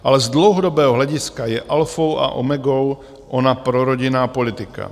Ale z dlouhodobého hlediska je alfou a omegou ona prorodinná politika.